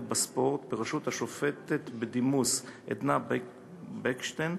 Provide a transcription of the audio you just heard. בספורט בראשות השופטת בדימוס עדנה בקנשטיין.